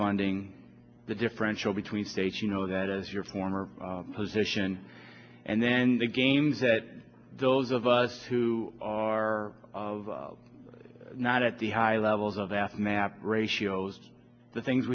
finding the differential between states you know that as your former position and then the games that those of us who are of not at the high levels of aftermath ratios the things